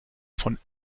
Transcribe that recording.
von